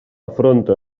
afronta